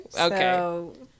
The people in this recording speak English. Okay